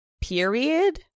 period